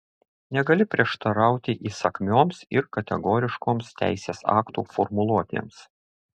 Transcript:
negali prieštarauti įsakmioms ir kategoriškoms teisės aktų formuluotėms